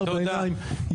ארבע העיניים,